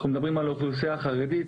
אנחנו מדברים על האוכלוסייה החרדית,